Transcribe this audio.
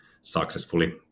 successfully